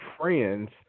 friends